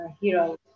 heroes